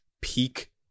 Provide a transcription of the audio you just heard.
peak